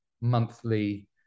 monthly